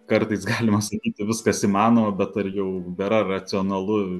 kartais galima sakyti viskas įmanoma bet ar jau bėra racionalu